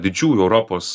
didžiųjų europos